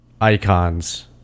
icons